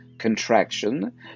contraction